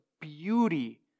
beauty